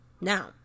Now